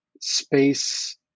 space